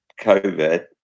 COVID